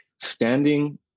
standing